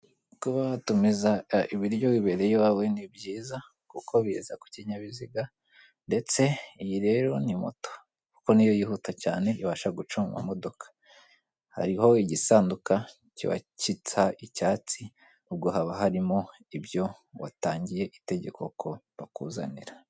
Kuba watumiza ibiryo wibereye iwawe ni byiza. Kuko biza kukinyabiziga; ndetse iyi rero ni moto kuko ni yo yihuta cyane ibasha guca mu mamodoka. Hariho igisanduka kiba gisa icyatsi, ubwo haba harimo ibyo watangiye itegeko ko bakuzanira.